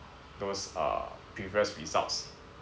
those uh previous results